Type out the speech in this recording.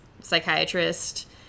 psychiatrist